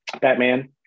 Batman